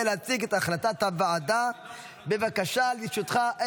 לצורך הכנתה לקריאה השנייה והשלישית.